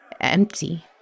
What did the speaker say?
empty